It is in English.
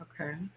Okay